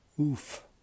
oof